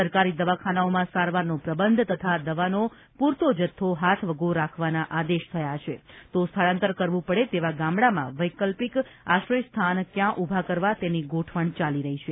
સરકારી દવાખાનાઓમાં સારવારનો પ્રબંધ તથા દવાનો પુરતો જથ્થો હાથવગો રાખવા આદેશ થયા છે તો સ્થળાંતર કરવું પડે તેવા ગામડામાં વૈકલ્પિક આશ્રયસ્થાન ક્યાં ઉભા કરવા તેની ગોઠવણ ચાલી રહી છે